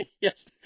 Yes